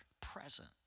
present